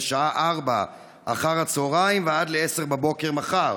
בשעה 16:00 ועד 10:00 מחר.